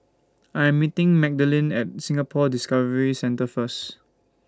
I'm meeting Magdalene At Singapore Discovery Centre First